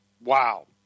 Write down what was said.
Wow